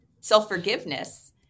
self-forgiveness